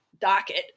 docket